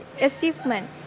achievement